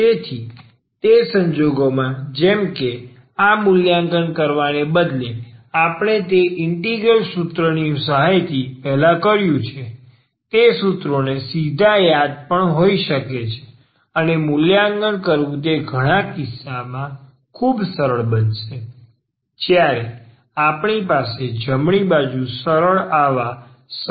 તેથી તે સંજોગોમાં જેમ કે આ મૂલ્યાંકન કરવાને બદલે આપણે તે ઇન્ટિગ્રલ સૂત્રની સહાયથી પહેલા કર્યું છે આ સૂત્રોને સીધા યાદ પણ હોઈ શકે છે અને મૂલ્યાંકન કરવું તે ઘણા કિસ્સાઓમાં ખૂબ સરળ બનશે જ્યારે આપણી પાસે જમણી બાજુ સરળ આવા સરળ ફંક્શન ો હોય છે